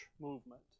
movement